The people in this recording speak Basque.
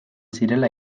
zirela